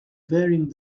varying